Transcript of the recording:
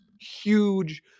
Huge